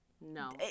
No